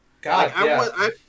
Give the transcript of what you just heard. God